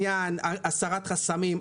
הסרת חסמים.